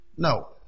No